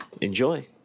enjoy